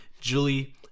Julie